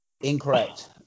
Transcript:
Incorrect